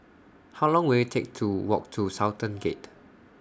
How Long Will IT Take to Walk to Sultan Gate